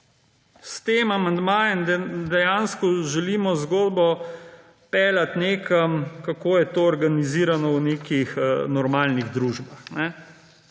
s tem amandmajem dejansko želimo zgodbo peljati nekam, kako je to organizirano v nekih normalnih družbah.